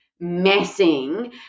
messing